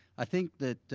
i think that